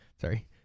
Sorry